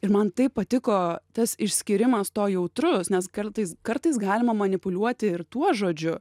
ir man taip patiko tas išskyrimas to jautrus nes kartais kartais galima manipuliuoti ir tuo žodžiu